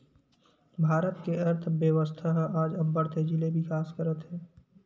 भारत के अर्थबेवस्था ह आज अब्बड़ तेजी ले बिकास करत हे